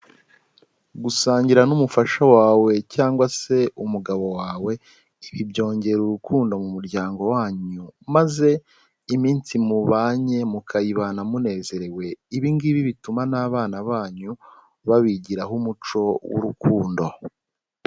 Gusangira n'umufasha wawe cyangwa se umugabo wawe, ibi byongera urukundo mu muryango wanyu maze iminsi mubanye mukayibana munezerewe, ibi ngibi bituma n'abana banyu babigiraho umuco w'urukundo.